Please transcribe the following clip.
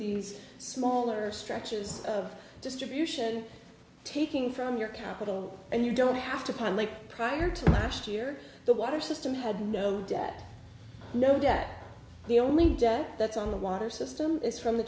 these smaller structures of distribution taking from your capital and you don't have to plan like prior to last year the water system had no debt no debt the only debt that's on the water system is from the